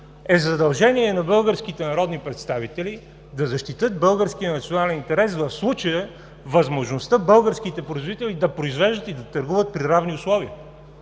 е задължение на българските народни представители да защитят българския национален интерес, в случая – възможността българските производители да произвеждат и да търгуват при равни условия.